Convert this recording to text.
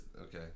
Okay